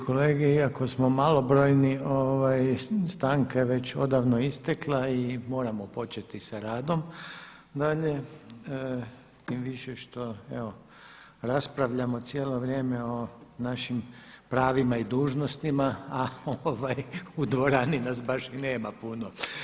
kolege, iako smo malobrojni stanka je već odavno istekla i moramo početi sa radom dalje, tim više što evo raspravljamo cijelo vrijeme o našim pravima i dužnostima, a u dvorani nas baš i nema puno.